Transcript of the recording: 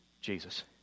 Jesus